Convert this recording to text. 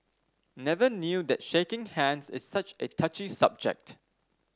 never knew that shaking hands is such a touchy subject